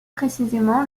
précisément